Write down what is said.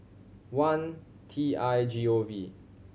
one T I G O V